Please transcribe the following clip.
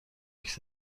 عکس